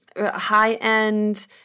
high-end